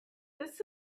this